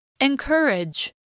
Encourage